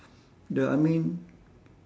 the I mean